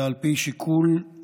אלא על פי שיקול ותיעדוף.